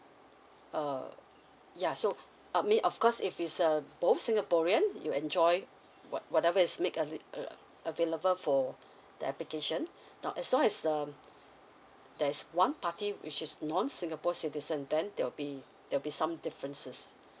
err yeah so I mean of course if is a both sngaporean you enjoy what whatever is make eli~ a~ available for the application now as long as um there's one party which is non singapore citizen then there'll be there'll be some differences